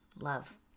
love